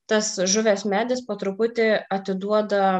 tas žuvęs medis po truputį atiduoda